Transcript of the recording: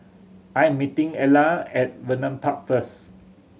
I am meeting Ilah at Vernon Park first